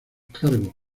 cargos